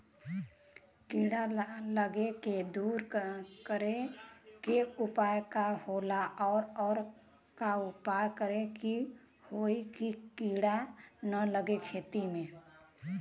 कीड़ा लगले के दूर करे के उपाय का होला और और का उपाय करें कि होयी की कीड़ा न लगे खेत मे?